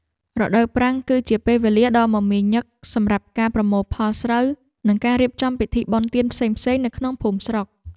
រដូវប្រាំង គឺជាពេលវេលាដ៏មមាញឹកសម្រាប់ការប្រមូលផលស្រូវ និងការរៀបចំពិធីបុណ្យទានផ្សេងៗនៅក្នុងភូមិស្រុក។